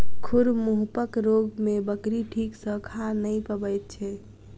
खुर मुँहपक रोग मे बकरी ठीक सॅ खा नै पबैत छै